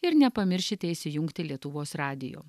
ir nepamiršite įsijungti lietuvos radijo